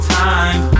time